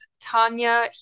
Tanya